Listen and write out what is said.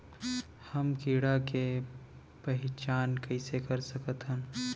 हम कीड़ा के पहिचान कईसे कर सकथन